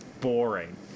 boring